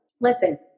listen